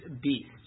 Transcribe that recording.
beast